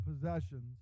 possessions